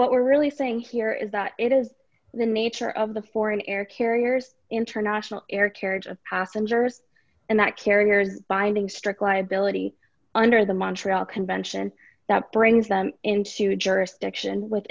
what we're really saying here is that it is the nature of the foreign air carriers international air carriage of passengers and that carriers binding strict liability under the montreal convention that brings them into a jurisdiction with